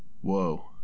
Whoa